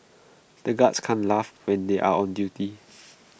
the guards can't laugh when they are on duty